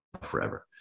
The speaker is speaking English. forever